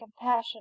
compassion